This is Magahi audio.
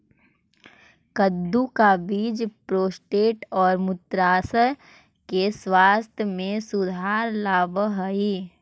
कद्दू का बीज प्रोस्टेट और मूत्राशय के स्वास्थ्य में सुधार लाव हई